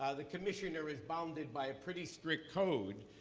ah the commissioner is bounded by a pretty strict code.